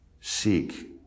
seek